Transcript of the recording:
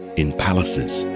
in palaces,